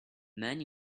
man